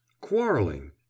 Quarrelling